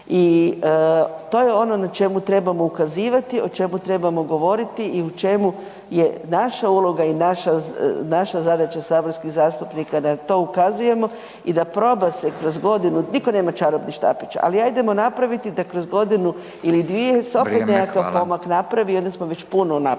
i to je ono na čemu trebamo ukazivati, o čemu trebamo govoriti i u čemu je naša uloga i naša zadaća saborskih zastupnika da to ukazujemo i da proba se kroz godinu, nitko nema čarobni štapić, ali ajdemo napraviti da kroz godinu ili dvije se opet …/Upadica: Vrijeme, hvala./… nekakav pomak napravi i onda smo već puno napravili.